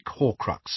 horcrux